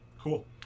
Cool